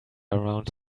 around